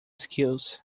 skills